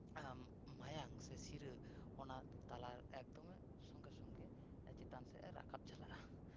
ᱢᱟᱭᱟᱢ ᱥᱮ ᱥᱤᱨᱟᱹ ᱚᱱᱟ ᱛᱟᱞᱟ ᱮᱠᱫᱚᱢᱮ ᱥᱚᱸᱜᱮᱼᱥᱚᱸᱜᱮ ᱪᱮᱛᱟᱱ ᱥᱮᱫᱼᱮ ᱨᱟᱠᱟᱵ ᱪᱟᱞᱟᱜᱼᱟ